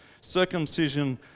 circumcision